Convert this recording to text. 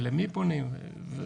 ולמי פונים וכו'.